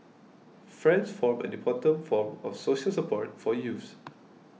friends form an important form of social support for youths